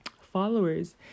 followers